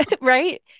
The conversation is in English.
Right